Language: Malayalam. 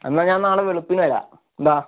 എന്നാൽ ഞാൻ നാളെ വെളുപ്പിന് വരാം എന്താ